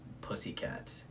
Pussycat